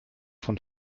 von